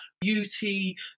beauty